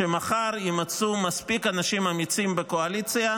שמחר יימצאו מספיק אנשים אמיצים בקואליציה,